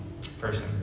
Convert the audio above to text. person